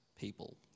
people